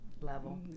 level